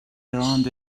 around